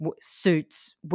suits